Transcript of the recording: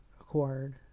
acquired